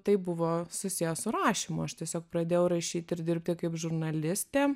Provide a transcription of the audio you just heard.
tai buvo susiję su rašymu aš tiesiog pradėjau rašyt ir dirbti kaip žurnalistė